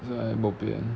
so like bo pian